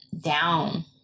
down